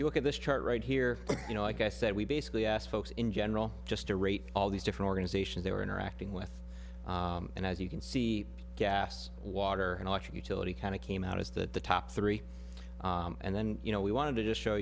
you look at this chart right here you know like i said we basically asked folks in general just to rate all these different organizations they were interacting with and as you can see gas water and electric utility kind of came out is that the top three and then you know we wanted to show